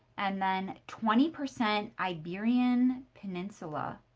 and then twenty percent iberian peninsula.